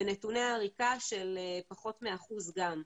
ונתוני עריקה של פחות מ-1%.